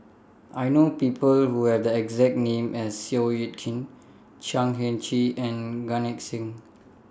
I know People Who Have The exact name as Seow Yit Kin Chan Heng Chee and Gan Eng Seng